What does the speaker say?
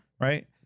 Right